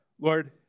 Lord